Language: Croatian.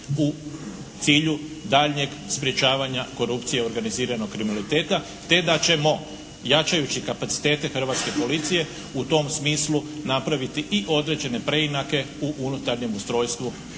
u cilju daljnjeg sprječavanja korupcije organiziranog kriminaliteta, te da ćemo jačajući kapacitete hrvatske policije u tom smislu napraviti i određene preinake u unutarnjem ustrojstva